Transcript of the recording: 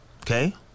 Okay